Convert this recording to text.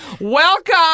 Welcome